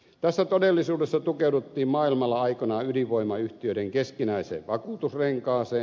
tässä todellisuudessa tukeuduttiin maailmalla aikoinaan ydinvoimayhtiöiden keskinäiseen vakuutusrenkaaseen